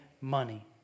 money